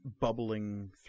bubbling